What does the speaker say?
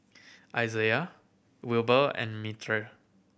Izaiah Wilber and Mirtie